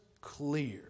clear